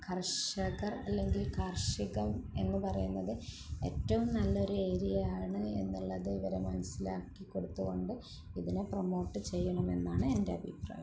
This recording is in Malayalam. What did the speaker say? കർഷകർ അല്ലെങ്കിൽ കാർഷികം എന്ന് പറയുന്നത് ഏറ്റവും നല്ലൊരു ഏരിയയാണ് എന്നുള്ളത് ഇവരെ മനസിലാക്കിക്കൊടുത്തുകൊണ്ട് ഇതിനെ പ്രമോട്ട് ചെയ്യണമെന്നാണ് എൻ്റെ അഭിപ്രായം